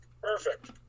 perfect